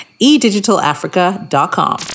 Edigitalafrica.com